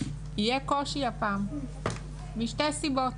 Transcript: יהיה קושי הפעם משתי סיבות.